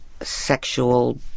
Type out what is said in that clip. sexual